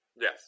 Yes